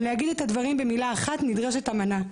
אם להגיד את הדברים במילה אחת, נדרשת אמנה.